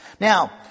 Now